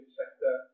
sector